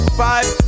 five